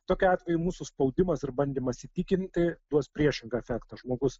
tokiu atveju mūsų spaudimas ir bandymas įtikinti duos priešingą efektą žmogus